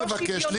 מבקש,